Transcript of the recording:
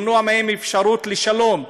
למנוע מהם אפשרות לשלום,